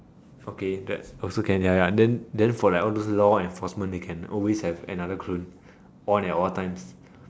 okay that also can ya ya then then for the all those law enforcement they can always have another clone on at all times